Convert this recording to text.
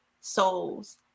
souls